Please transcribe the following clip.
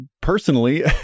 personally